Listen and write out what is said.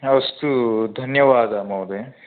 अस्तु धन्यवादः महोदय